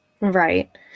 Right